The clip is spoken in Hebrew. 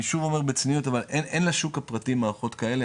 אני שוב אומר בצניעות אבל אין לשוק הפרטי מערכות כאלה,